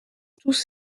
tous